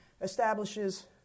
establishes